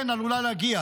כן, עלולה להגיע.